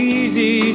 easy